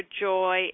joy